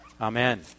amen